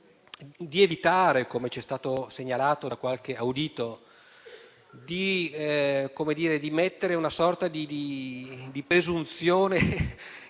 ad evitare, come ci è stato segnalato da qualche audito, di immaginare una sorta di presunzione